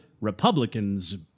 Republicans